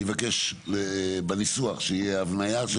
אני מבקש בניסוח שיהיה, הבנייה של